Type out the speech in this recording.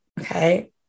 okay